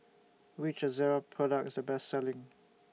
Which Ezerra Product IS The Best Selling